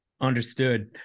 Understood